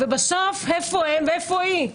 ובסוף איפה הם ואיפה היא?